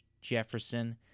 Jefferson